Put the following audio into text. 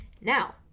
Now